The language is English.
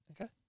okay